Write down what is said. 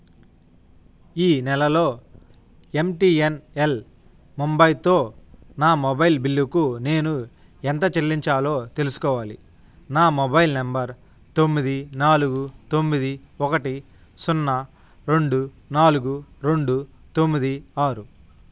ఈ నెలలో ఎంటీఎన్ఎల్ ముంబైతో నా మొబైల్ బిల్లుకు నేను ఎంత చెల్లించాలో తెలుసుకోవాలి నా మొబైల్ నంబర్ తొమ్మిది నాలుగు తొమ్మిది ఒకటి సున్నా రెండు నాలుగు రెండు తొమ్మిది ఆరు